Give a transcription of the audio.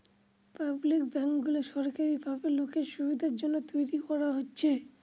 public ব্যাঙ্কগুলো সরকারি ভাবে লোকের সুবিধার জন্য তৈরী করা হচ্ছে